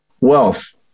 wealth